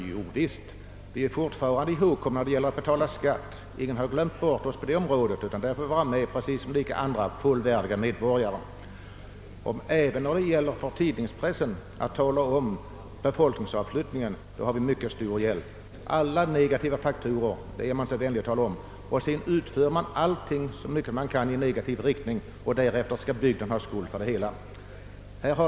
Jo visst, vi är fortfarande ihågkomna när det gäller att betala skatt, så därvidlag får vi vara med precis som vilka fullvärdiga medborgare som helst. Då det gäller att tala om befolkningsavflyttningen har vi också mycket stor hjälp av tidningspressen. Allting negativt är man vänlig nog att tala om. Sedan gör man så mycket man kan i negativ riktning, varefter bygden får skulden.